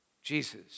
Jesus